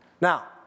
Now